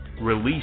release